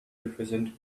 represent